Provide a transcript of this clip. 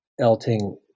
Elting